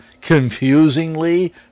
confusingly